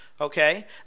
okay